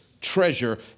treasure